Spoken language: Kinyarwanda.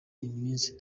iminsi